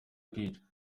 kwica